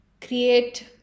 create